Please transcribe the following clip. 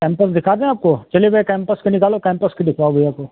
campus दिखा दें आपको चलिए भैया कैम्पस के निकालो कैम्पस के दिखवाओ भैया को